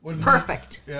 Perfect